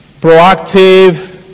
proactive